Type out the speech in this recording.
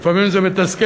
לפעמים זה מתסכל,